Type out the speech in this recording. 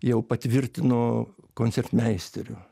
jau patvirtino koncertmeisteriu